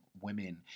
women